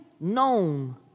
known